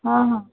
ହଁ ହଁ